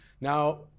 Now